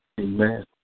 Amen